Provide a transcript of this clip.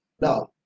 Now